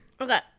Okay